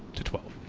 to twelve.